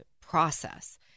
process